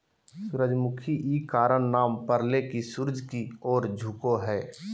सूरजमुखी इ कारण नाम परले की सूर्य की ओर झुको हइ